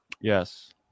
Yes